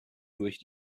durch